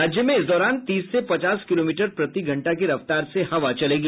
राज्य में इस दौरान तीस से पचास किलोमीटर प्रति घंटा की रफ्तार से हवा चलेगी